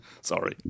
Sorry